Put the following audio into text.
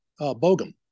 bogum